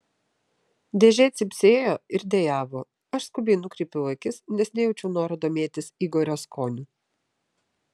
dėžė cypsėjo ir dejavo aš skubiai nukreipiau akis nes nejaučiau noro domėtis igorio skoniu